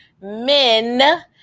men